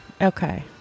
Okay